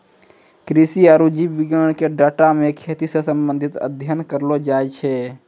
कृषि आरु जीव विज्ञान के डाटा मे खेती से संबंधित अध्ययन करलो जाय छै